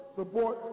support